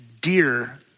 dear